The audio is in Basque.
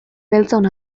beltzon